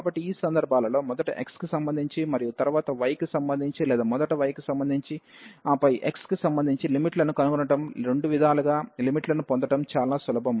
కాబట్టి ఈ సందర్భాలలో మొదట x కి సంబంధించి మరియు తరువాత y కి సంబంధించి లేదా మొదట y కి సంబంధించి ఆపై x కి సంబంధించి లిమిట్ లను కనుగొనడం రెండు విధాలుగా లిమిట్ లను పొందడం చాలా సులభం